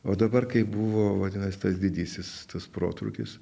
o dabar kai buvo vadinas tas didysis tas protrūkis